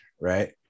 right